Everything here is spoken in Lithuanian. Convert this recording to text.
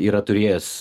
yra turėjęs